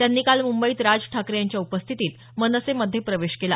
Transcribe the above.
त्यांनी काल मुंबईत राज ठाकरे यांच्या उपस्थितीत मनसेमध्ये प्रवेश केला